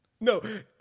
No